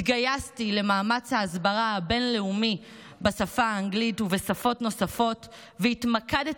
התגייסתי למאמץ ההסברה הבין-לאומי בשפה האנגלית ובשפות נוספות והתמקדתי,